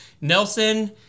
Nelson